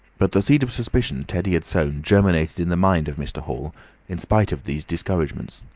but the seed of suspicion teddy had sown germinated in the mind of mr. hall in spite of these discouragements.